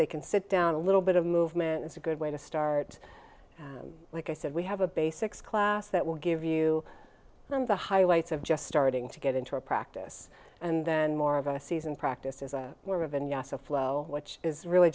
they can sit down a little bit of movement is a good way to start like i said we have a basics class that will give you the highlights of just starting to get into a practice and then more of a season practice is a more vinyasa flow which is really